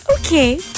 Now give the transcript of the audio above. Okay